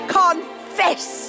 confess